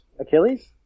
Achilles